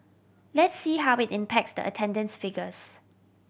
let's see how it impacts the attendance figures